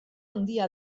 handia